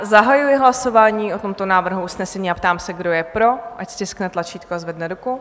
Zahajuji hlasování o tomto návrhu usnesení a ptám se, kdo je pro, ať stiskne tlačítko a zvedne ruku.